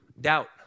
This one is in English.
Doubt